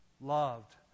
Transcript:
Loved